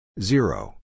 Zero